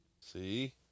See